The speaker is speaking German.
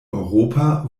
europa